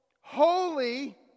holy